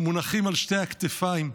מונחים על שתי הכתפיים.